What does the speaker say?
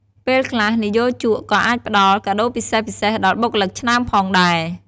ពេលខ្លះ និយោជកក៏អាចផ្តល់ កាដូរពិសេសៗ ដល់បុគ្គលិកឆ្នើមផងដែរ។